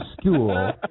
school